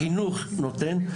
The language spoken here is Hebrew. החינוך נותן.